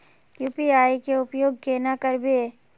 UPI के उपयोग केना करबे?